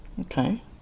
Okay